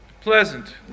Pleasant